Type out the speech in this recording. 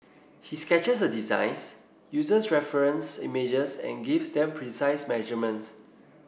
he sketches the designs uses reference images and gives them precise measurements